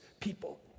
people